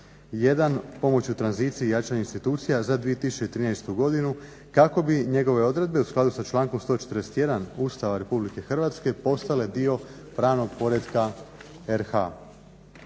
1 pomoć u tranziciji i jačanje institucija za 2013. godinu kako bi njegove odredbe u skladu sa člankom 141. Ustava Republike Hrvatske postale dio pravnog poretka RH.